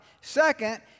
Second